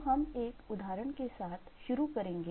तो हम एक उदाहरण के साथ शुरू करेंगे